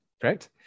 correct